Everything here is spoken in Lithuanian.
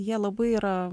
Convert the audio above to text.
jie labai yra